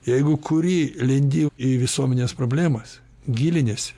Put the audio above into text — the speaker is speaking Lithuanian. jeigu kuri lendi į visuomenės problemas giliniesi